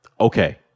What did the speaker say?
Okay